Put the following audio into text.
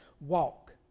walk